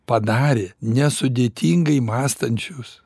padarė nesudėtingai mąstančius